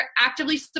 actively